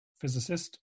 physicist